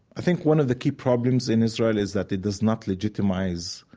i think one of the key problems in israel is that it does not legitimize.